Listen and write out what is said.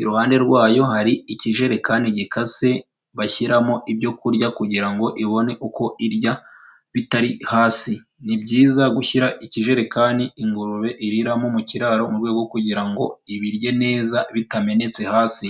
iruhande rwayo hari ikijerekani gikase bashyiramo ibyo kurya kugira ngo ibone uko irya bitari hasi, ni byiza gushyira ikijerekani ingurube iriramo mu kiraro mu rwego rwo kugira ngo ibirye neza bitamenetse hasi.